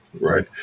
Right